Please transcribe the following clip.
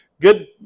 good